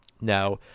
Now